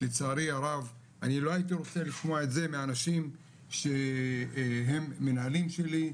לצערי הרב אני לא הייתי רוצה לשמוע את זה מהאנשים הם מנהלים שלי,